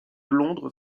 londres